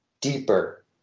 deeper